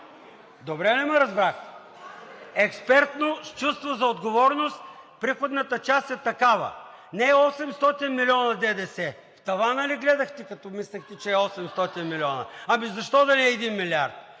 Добре ли ме разбрахте? Експертно, с чувство за отговорност! Приходната част е такава – не е 800 милиона ДДС: в тавана ли гледахте, като мислихте, че е 800 милиона? Ами защо да не е 1 милиард?